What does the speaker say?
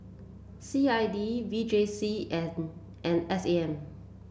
C I D V J C and S A M